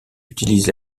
utilise